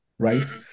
right